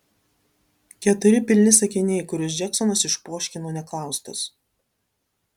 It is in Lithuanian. keturi pilni sakiniai kuriuos džeksonas išpoškino neklaustas